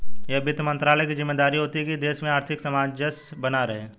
यह वित्त मंत्रालय की ज़िम्मेदारी होती है की देश में आर्थिक सामंजस्य बना रहे